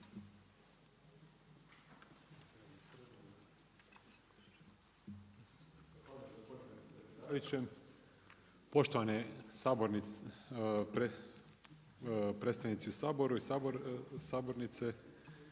Matko** Poštovane predstavnici u Saboru i sabornice,